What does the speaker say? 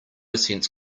sense